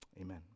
amen